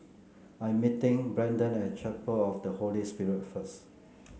I am meeting Braydon at Chapel of the Holy Spirit first